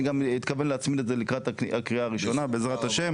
אני גם מתכוון להצמיד את זה לקראת הקריאה הראשונה בעזרת ה',